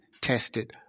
tested